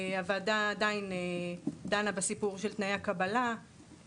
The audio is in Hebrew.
הוועדה עדיין דנה בסיפור של תנאי הקבלה,